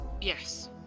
Yes